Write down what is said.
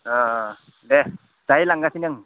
अ देह दाहै लांगासिनो आं